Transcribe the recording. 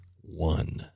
one